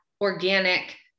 organic